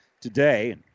today